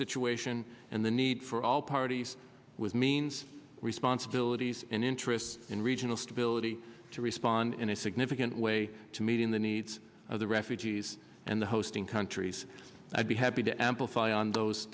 situation and the need for all parties with means responsibilities and interests in regional stability to respond in a significant way to meeting the needs of the refugees and the hosting countries i'd be happy to amplify on those